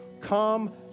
Come